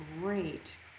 great